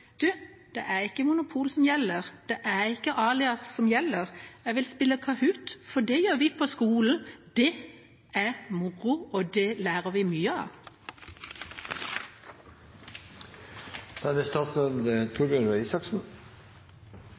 det er ikke Monopol som gjelder, det er ikke Alias som gjelder, jeg vil spille Kahoot!, for det gjør vi på skolen. Det er moro, og det lærer vi mye av. Jeg vil si tusen takk for en interessant diskusjon. Det er